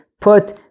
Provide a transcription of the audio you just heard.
put